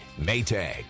Maytag